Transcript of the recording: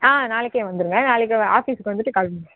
ஆ நாளைக்கே வந்துடுங்க நாளைக்கு ஆபிஸ்க்கு வந்துட்டு கால் பண்ணு